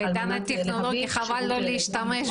לא, למשל